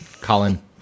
Colin